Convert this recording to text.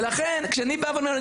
לכן כשאני בא ואני אומר,